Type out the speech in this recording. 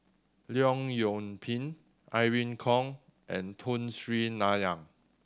Leong Yoon Pin Irene Khong and Tun Sri Lanang